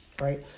right